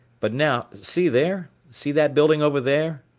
but now see there, see that building over there?